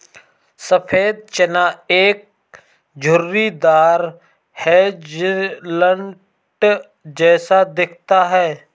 सफेद चना एक झुर्रीदार हेज़लनट जैसा दिखता है